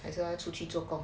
还是他出去做工